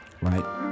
right